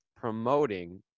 promoting